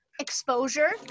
exposure